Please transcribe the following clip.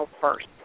first